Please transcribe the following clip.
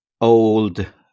old